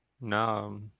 No